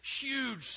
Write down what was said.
huge